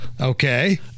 Okay